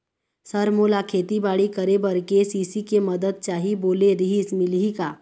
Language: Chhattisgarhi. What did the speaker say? सर मोला खेतीबाड़ी करेबर के.सी.सी के मंदत चाही बोले रीहिस मिलही का?